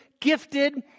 gifted